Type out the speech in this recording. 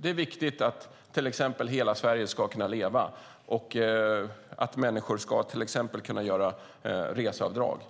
Det är viktigt att hela Sverige ska kunna leva och att människor till exempel ska kunna göra reseavdrag.